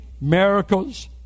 miracles